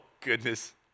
goodness